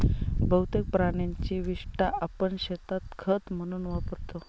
बहुतेक प्राण्यांची विस्टा आपण शेतात खत म्हणून वापरतो